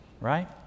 Right